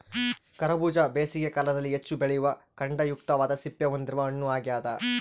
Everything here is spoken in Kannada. ಕರಬೂಜ ಬೇಸಿಗೆ ಕಾಲದಲ್ಲಿ ಹೆಚ್ಚು ಬೆಳೆಯುವ ಖಂಡಯುಕ್ತವಾದ ಸಿಪ್ಪೆ ಹೊಂದಿರುವ ಹಣ್ಣು ಆಗ್ಯದ